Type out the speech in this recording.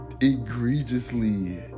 egregiously